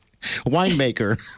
winemaker